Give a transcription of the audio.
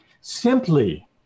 simply